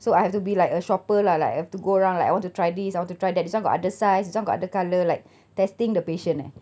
so I have to be like a shopper lah like have to go around like I want to try this I want to try that this one got other size this one got the colour like testing the patience eh